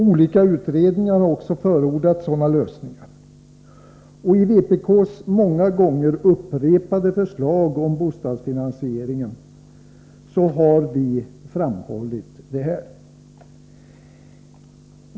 Olika utredningar har också förordat sådana lösningar. I vpk:s många gånger upprepade förslag om bostadsfinansieringen har vi framhållit följande.